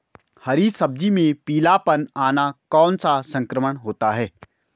हरी सब्जी में पीलापन आना कौन सा संक्रमण होता है?